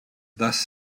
thus